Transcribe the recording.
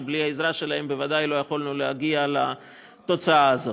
שבלי העזרה שלהם בוודאי לא יכולנו להגיע לתוצאה הזאת.